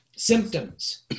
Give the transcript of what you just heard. symptoms